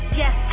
yes